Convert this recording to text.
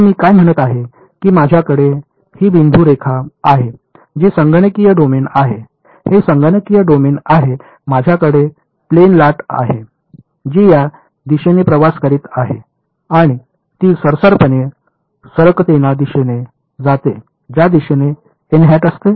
तर मी काय म्हणत आहे की माझ्याकडे ही बिंदू रेखा आहे जी संगणकीय डोमेन आहे हे संगणकीय डोमेन आहे माझ्याकडे प्लेन लाट आहे जी या दिशेने प्रवास करीत आहे आणि ती सरसरपणे सरकतेना दिशेने जाते ज्या दिशेने एन हॅट असते